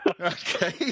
Okay